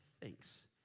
Thanks